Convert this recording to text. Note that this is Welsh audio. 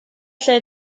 lle